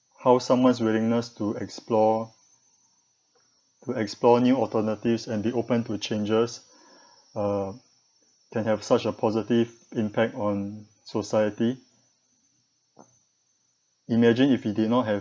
how someone's willingness to explore to explore new alternatives and be open to changes uh can have such a positive impact on society imagine if we did not have